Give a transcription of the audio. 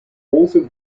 also